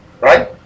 right